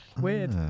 Weird